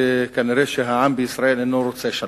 וכנראה העם בישראל אינו רוצה שלום.